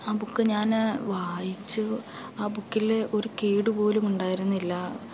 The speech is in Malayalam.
ആ ബുക്ക് ഞാന് വായിച്ചു ആ ബുക്കില് ഒരു കേടു പോലും ഉണ്ടായിരുന്നില്ല